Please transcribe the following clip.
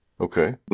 Okay